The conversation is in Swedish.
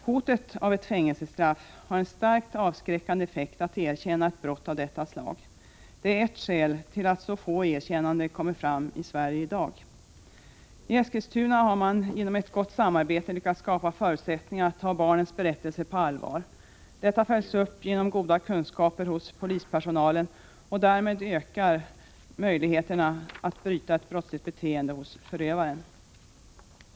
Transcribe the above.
Hotet om ett fängelsestraff har en starkt avskräckande effekt när det gäller att erkänna ett brott av detta slag. Det är ett skäl till att så få erkännanden kommer fram i Sverige i dag. I Eskilstuna har man genom ett gott samarbete lyckats skapa förutsättningar för att ta barnens berättelser på allvar. Det följs upp genom goda kunskaper hos polispersonalen, och därmed ökar möjligheterna att bryta ett brottsligt beteende hos förövaren.